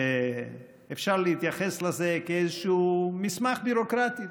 שאפשר להתייחס לזה כאיזשהו מסמך ביורוקרטי,